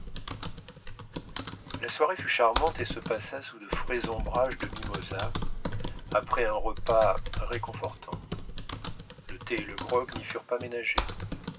la soirée fut charmante et se passa sous de frais ombrages de mimosas après un repas réconfortant le thé et le grog n'y furent pas ménagés